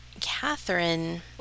Catherine